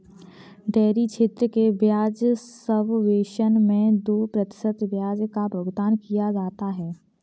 dairy क्षेत्र के ब्याज सबवेसन मैं दो प्रतिशत ब्याज का भुगतान किया जाता है